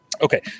Okay